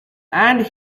and